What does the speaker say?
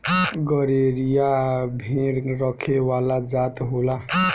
गरेरिया भेड़ रखे वाला जात होला